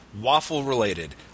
waffle-related